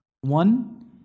One